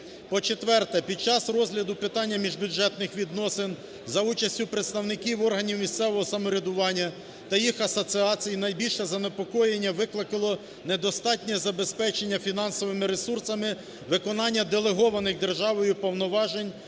По-четверте, під час розгляду питання міжбюджетних відносин за участю представників органів місцевого самоврядування та їх асоціацій найбільше занепокоєння викликало недостатнє забезпечення фінансовими ресурсами виконання делегованих державою повноважень